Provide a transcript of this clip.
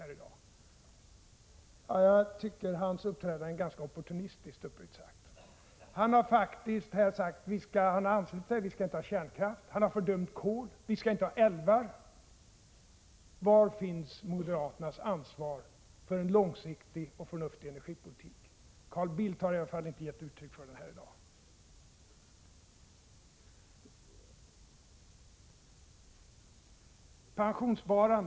Uppriktigt sagt tycker jag att hans uppträdande är ganska opportunistiskt. Han säger att vi inte skall ha kärnkraft, han fördömer kol, och vi skall inte bygga ut älvarna. Var finns moderaternas ansvar för en långsiktig och förnuftig energipolitik? Carl Bildt har i varje fall inte gett uttryck för det här i dag. Fru talman!